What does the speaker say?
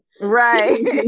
right